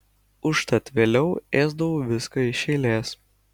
užtat vėliau ėsdavau viską iš eilės